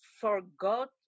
forgot